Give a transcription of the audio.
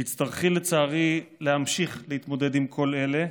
תצטרכי, לצערי, להמשיך להתמודד עם כל אלה,